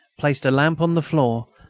placed her lamp on the floor,